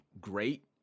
great